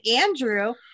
Andrew